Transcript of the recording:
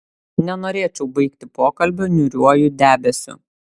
nenorėčiau baigti pokalbio niūriuoju debesiu